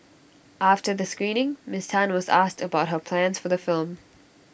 after the screening miss Tan was asked about her plans for the film